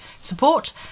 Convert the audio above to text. support